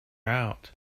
out